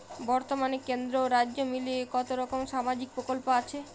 বতর্মানে কেন্দ্র ও রাজ্য মিলিয়ে কতরকম সামাজিক প্রকল্প আছে?